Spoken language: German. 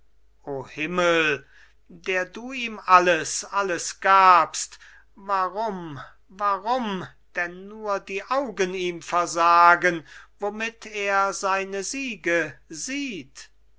o himmel der du ihm alles alles gabst warum warum denn nur die augen ihm versagen womit er seine siege sieht